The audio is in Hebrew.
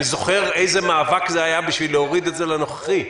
אני זוכר איזה מאבק היה בשביל להוריד את זה להיקף הנוכחי.